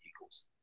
Eagles